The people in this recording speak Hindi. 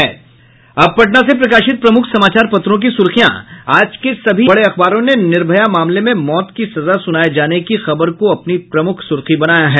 अब पटना से प्रकाशित प्रमुख समाचार पत्रों की सुर्खियां आज सभी बड़े अखबारों ने निर्भया मामले में मौत की सजा सुनाये जाने की खबर को अपनी प्रमुख सुर्खी बनाया है